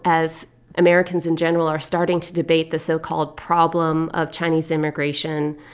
as americans, in general, are starting to debate the so-called problem of chinese immigration,